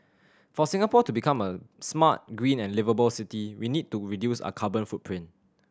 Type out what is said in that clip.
for Singapore to become a smart green and liveable city we need to reduce our carbon footprint